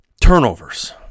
turnovers